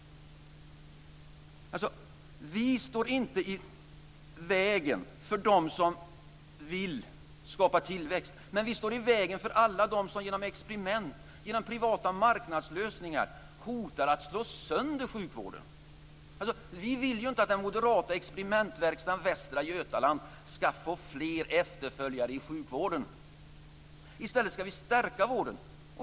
Vi står inte i vägen för dem som vill skapa tillväxt. Men vi står i vägen för alla dem som genom experiment, genom privata marknadslösningar, hotar att slå sönder sjukvården. Vi vill inte att den moderata experimentverkstaden Västra Götaland ska få fler efterföljare i sjukvården. I stället ska vi stärka vården.